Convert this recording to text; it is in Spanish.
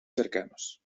cercanos